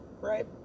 right